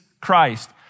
Christ